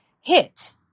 hit